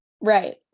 right